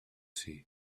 see